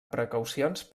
precaucions